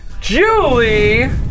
Julie